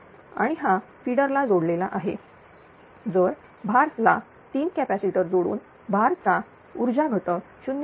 आणि हा फिडर ला जोडलेला आहे जर भारला 3 कॅपॅसिटर जोडून भार चा ऊर्जा घटक 0